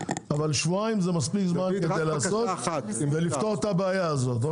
אבל שבועיים זה מספיק זמן כדי לעשות ולפתור את הבעיה הזאת.